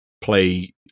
play